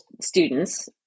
students